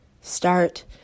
start